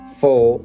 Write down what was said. four